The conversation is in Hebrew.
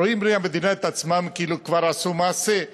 רואים בני המדינה את עצמם כאילו כבר עשו מעשה.